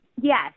Yes